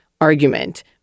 argument